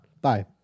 Bye